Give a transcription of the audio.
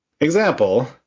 Example